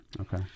Okay